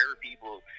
people